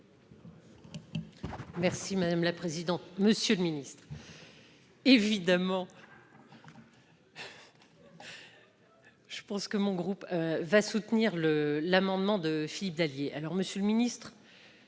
Merci madame la présidente, monsieur le Ministre évidemment. Je pense que mon groupe va soutenir le l'amendement de Philippe Dallier alors Monsieur le Ministre,